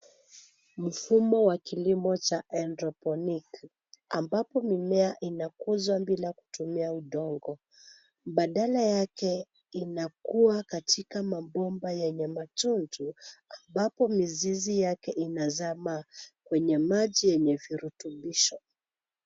Mfumo wa kilimo cha Hydroponic ambapo mimea imekuzwa bila kutumia udongo badala yake inakuwa katika mabomba yenye matundu ambapo mizizi yake inazama kwenye maji yenye virutubisho.